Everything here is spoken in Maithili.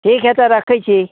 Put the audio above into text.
ठीक हइ तऽ रखै छी